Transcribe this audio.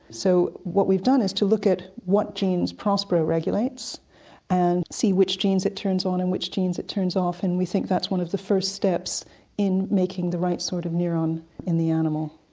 so what we've done is to look at what genes prospero regulates and see which genes it turns on and which genes it turns off, and we think that's one of the first steps in making the right sort of neuron in the animal.